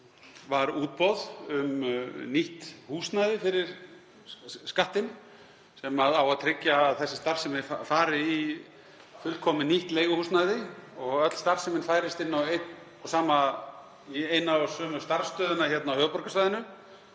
var útboð um nýtt húsnæði fyrir Skattinn sem á að tryggja að sú starfsemi fari í fullkomið nýtt leiguhúsnæði og öll starfsemin færist inn í eina og sömu starfsstöðina hérna á höfuðborgarsvæðinu,